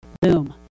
Boom